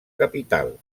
capital